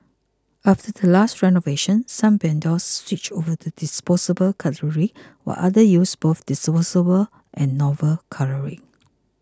after the last renovation some vendors switched over to disposable cutlery while others use both disposable and normal cutlery